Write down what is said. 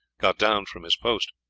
got down from his post.